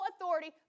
authority